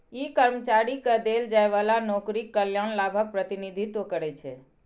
ई कर्मचारी कें देल जाइ बला नौकरीक कल्याण लाभक प्रतिनिधित्व करै छै